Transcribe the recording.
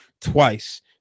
twice